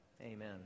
amen